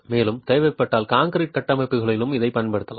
மேலும் தேவைப்பட்டால் கான்கிரீட் கட்டமைப்புகளிலும் இதைப் பயன்படுத்தலாம்